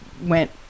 went